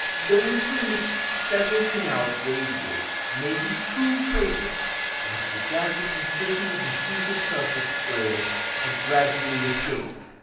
those from which several canals radiate may be true craters from which the gases imprisoned in the heated surface layers have gradually escaped.